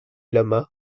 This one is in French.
lama